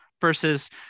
versus